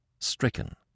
stricken